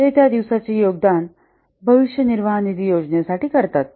ते त्या दिवसाचे योगदान विशेष भविष्य निर्वाह निधी योजनेसाठी करतात